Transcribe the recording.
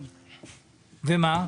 ומה?